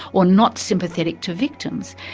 or not sympathetic to victims.